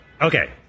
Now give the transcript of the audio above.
Okay